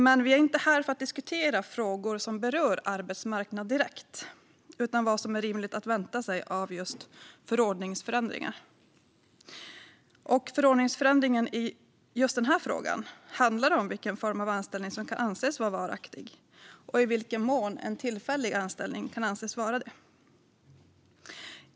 Men vi är inte här för att diskutera frågor som berör arbetsmarknaden direkt utan vad som är rimligt att vänta sig av just förordningsförändringar. Förordningsförändringen i just den här frågan handlar om vilken form av anställning som kan anses vara varaktig och i vilken mån en tillfällig anställning kan anses vara det.